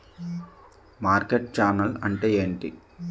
Market channel అంటే ఏంటి?